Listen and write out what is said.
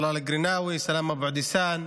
טלאל אלקרינאוי, סלאמה אבו עדיסאן,